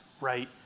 right